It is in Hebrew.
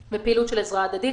לקרוא.